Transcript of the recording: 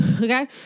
okay